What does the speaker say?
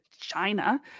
China